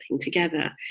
together